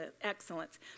excellence